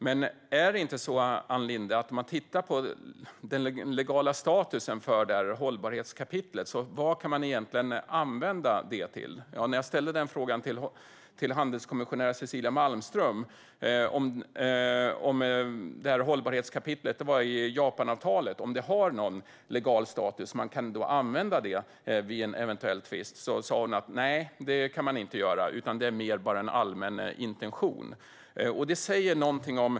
Jag vill dock ställa en fråga till Ann Linde angående den legala statusen för hållbarhetskapitlet: Vad kan man egentligen använda det till? När jag ställde frågan till handelskommissionär Cecilia Malmström om hållbarhetskapitlet i Japanavtalet har någon legal status och om det kan användas vid en eventuell tvist sa hon att det inte går och att kapitlet var mer en allmän intention.